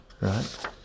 right